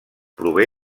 prové